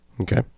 Okay